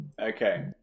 Okay